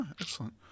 Excellent